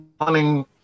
running